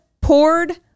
poured